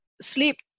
sleep